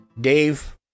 Dave